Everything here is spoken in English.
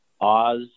Oz